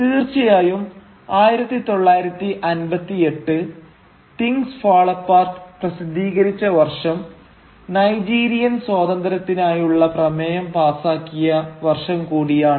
തീർച്ചയായും 1958 'Things Fall Apart' പ്രസിദ്ധീകരിച്ച വർഷം നൈജീരിയൻ സ്വാതന്ത്ര്യത്തിനായുള്ള പ്രമേയം പാസാക്കിയ വർഷം കൂടിയാണ്